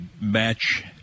match –